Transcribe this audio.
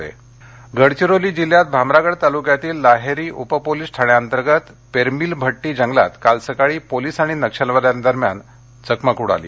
नक्षल गडचिरोली गडचिरोली जिल्ह्यात भामरागड तालुक्यातील लाहेरी उपपोलिस ठाण्यांतर्गत पेरमिलभट्टी जंगलात काल सकाळी पोलिस आणि नक्षलवाद्यांमध्ये चकमक उडाली